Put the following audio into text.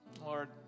Lord